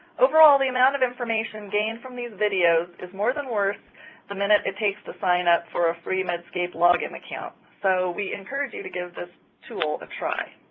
overall, the amount of information gained from these videos is more than worth the minute it takes to sign up for a free, medscape login account, so we encourage you to give this tool a try.